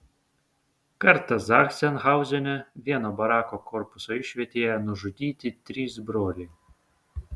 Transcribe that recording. kartą zachsenhauzene vieno barako korpuso išvietėje nužudyti trys broliai